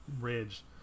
ridge